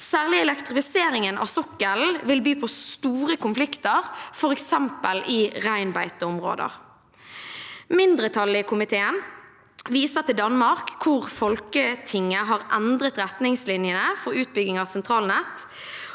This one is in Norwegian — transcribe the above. Særlig elektrifiseringen av sokkelen vil by på store konflikter, f.eks. i reinbeiteområder. Mindretallet i komiteen viser til Danmark, hvor Folketinget har endret retningslinjene for utbygging av sentralnett,